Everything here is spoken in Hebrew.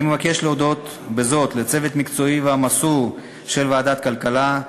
אני מבקש להודות בזאת לצוות המקצועי והמסור של ועדת הכלכלה: